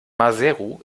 maseru